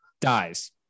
dies